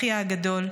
אחיה הגדול,